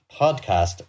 podcast